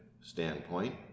standpoint